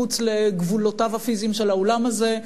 מחוץ לגבולותיו הפיזיים של האולם הזה.